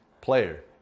player